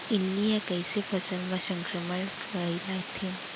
इल्ली ह कइसे फसल म संक्रमण फइलाथे?